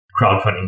crowdfunding